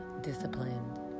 disciplined